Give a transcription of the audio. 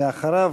ואחריו,